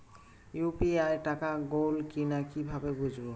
UPI টাকা গোল কিনা কিভাবে বুঝব?